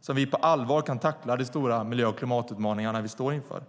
som vi på allvar kan tackla de stora miljö och klimatutmaningar vi står inför.